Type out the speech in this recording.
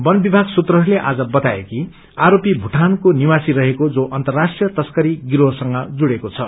वन विशाग सूत्रहरूले आज बताए कि आरोपी भूटानको निवासी रहेको जो अर्न्तराष्टिय तश्करी गिरोह संग जुड्डेक्से छ